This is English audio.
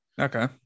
Okay